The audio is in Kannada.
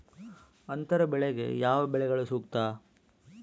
ಅಂತರ ಬೆಳೆಗೆ ಯಾವ ಬೆಳೆಗಳು ಸೂಕ್ತ?